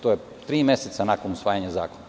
To je tri meseca nakon usvajanja zakona.